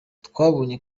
twabonye